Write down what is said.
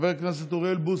חבר הכנסת אוריאל בוסו.